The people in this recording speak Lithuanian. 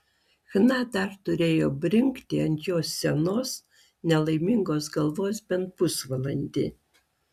chna dar turėjo brinkti ant jo senos nelaimingos galvos bent pusvalandį